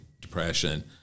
Depression